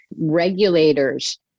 regulators